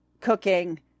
cooking